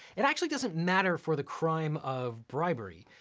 it actually doesn't matter for the crime of bribery.